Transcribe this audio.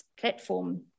platform